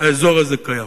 האזור הזה קיים.